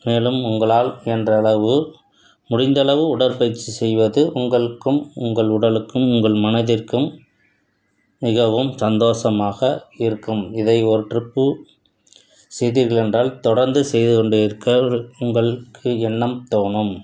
மேலும் உங்களால் இயன்றளவு முடிந்தளவு உடற்பயிற்சி செய்வது உங்களுக்கும் உங்கள் உடலுக்கும் உங்கள் மனதிற்கும் மிகவும் சந்தோஷமாக இருக்கும் இதை ஒரு ட்ரிப்பு செய்தீர்கள் என்றால் தொடர்ந்து செய்துக் கொண்டே இருக்க ஒரு உங்களுக்கு எண்ணம் தோணும்